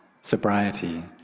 sobriety